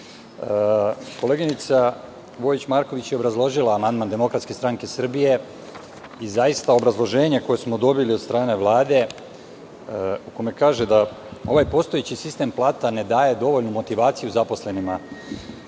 grupe. Koleginica Vojić Marković je obrazložila amandman DSS i zaista, obrazloženje koje smo dobili od strane Vlade u kome kaže da – ovaj postojeći sistem plata ne daje dovoljnu motivaciju zaposlenima